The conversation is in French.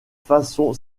façon